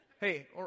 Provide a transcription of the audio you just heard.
Hey